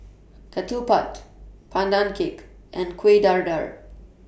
Ketupat Pandan Cake and Kueh Dadar